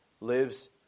lives